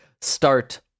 start